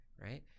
right